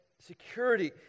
security